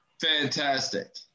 fantastic